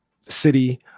city